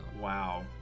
Wow